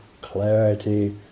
clarity